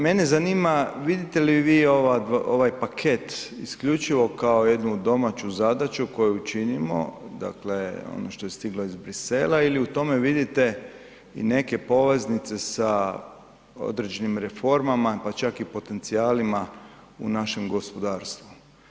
Mene zanima, vidite li ovaj paket isključivo kao jednu domaću zadaću koju činimo, dakle ono što je stiglo iz Bruxellesa ili u tome vidite i neke poveznice sa određenim reformama pa čak i potencijalima u našem gospodarstvu?